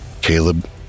Caleb